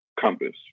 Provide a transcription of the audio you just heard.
compass